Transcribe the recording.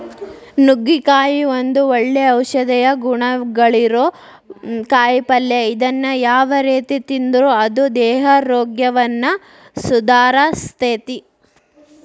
ನುಗ್ಗಿಕಾಯಿ ಒಂದು ಒಳ್ಳೆ ಔಷಧೇಯ ಗುಣಗಳಿರೋ ಕಾಯಿಪಲ್ಲೆ ಇದನ್ನ ಯಾವ ರೇತಿ ತಿಂದ್ರು ಅದು ದೇಹಾರೋಗ್ಯವನ್ನ ಸುಧಾರಸ್ತೆತಿ